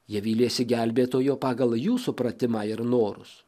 jie vylėsi gelbėtojo pagal jų supratimą ir norus